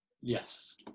Yes